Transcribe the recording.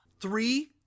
three